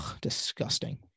disgusting